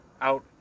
out